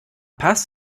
paz